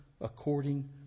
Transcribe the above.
according